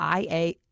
IA